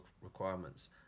requirements